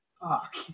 fuck